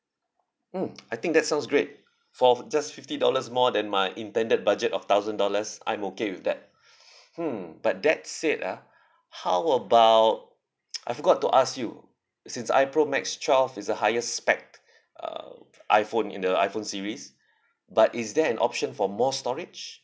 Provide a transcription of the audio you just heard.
mm I think that sounds great for just fifty dollars more than my intended budget of thousand dollars I'm okay with that hmm but that said ah how about I forgot to ask you since I pro max twelve is a highest spec uh iphone in the iphone series but is there an option for more storage